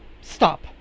stop